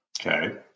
okay